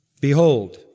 Behold